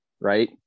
right